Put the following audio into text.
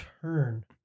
turn